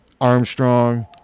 Armstrong